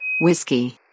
Whiskey